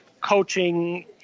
coaching